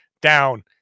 down